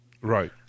Right